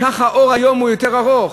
ככה אור היום יותר ארוך,